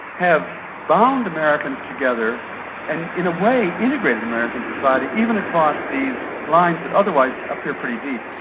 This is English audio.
have bound americans together and in a way integrated american society, even across these lines that otherwise appear pretty deep.